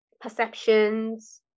perceptions